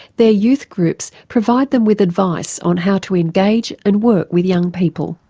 their youth groups provide them with advice on how to engage and work with young people.